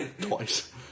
twice